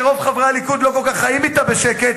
שרוב חברי הליכוד לא כל כך חיים אתה בשקט,